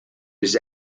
was